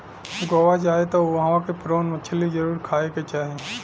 गोवा जाए त उहवा के प्रोन मछरी जरुर खाए के चाही